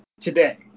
today